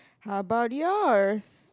how about yours